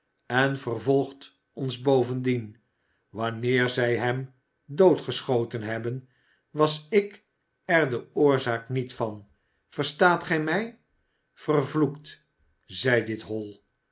en vervolgt ons bovendien wanneer zij hem doodgeschoten hebben was ik er de oorzaak niet van verstaat gij mij vervloekt zij dit hol